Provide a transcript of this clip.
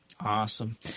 Awesome